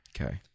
Okay